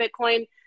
Bitcoin